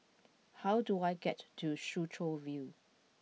how do I get to Soo Chow View